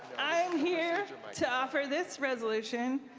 i'm here to offer this resolution,